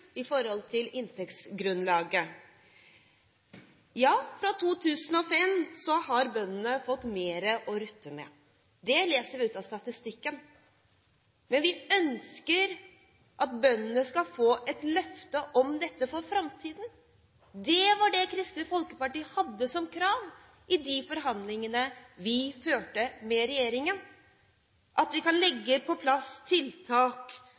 inntektsgrunnlaget. Fra 2005 har bøndene fått mer å rutte med – det leser vi ut av statistikken. Men vi ønsker at bøndene skal få et løfte om dette for framtiden. Det var det Kristelig Folkeparti krevde i de forhandlingene vi førte med regjeringen, at vi kunne få på plass tiltak